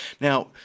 Now